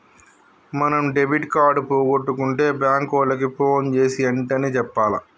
మనం debit card పోగొట్టుకుంటే bank ఓళ్ళకి పోన్ జేసీ ఎంటనే చెప్పాల